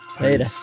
later